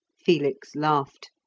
felix laughed.